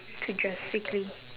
to drastically